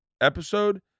episode